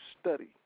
study